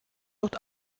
wird